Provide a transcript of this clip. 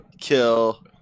Kill